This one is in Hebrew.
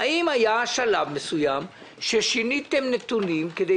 -- האם היה שלב מסוים ששיניתם נתונים כדי